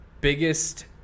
biggest